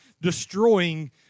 destroying